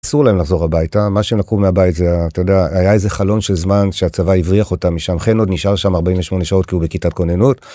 אסור להם לחזור הביתה. מה שהם לקחו מהבית זה, אתה יודע, היה איזה חלון של זמן שהצבא הבריח אותם משם, חן עוד נשאר שם 48 שעות כי הוא בכיתת כוננות.